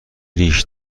ریش